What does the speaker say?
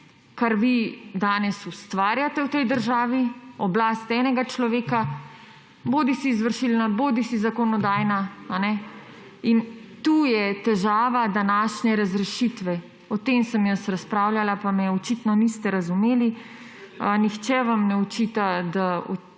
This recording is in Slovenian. kar vi danes ustvarjate v tej državi: oblast enega človeka, bodisi izvršilna, bodisi zakonodajna. In tukaj je težava današnje razrešitve. O tem sem jaz razpravljala, pa me očitno niste razumeli, nihče vam ne očita, da